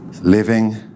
living